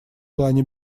плане